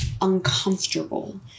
uncomfortable